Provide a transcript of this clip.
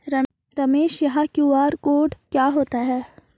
रमेश यह QR code क्या होता है?